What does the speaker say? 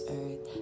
earth